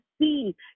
see